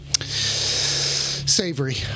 savory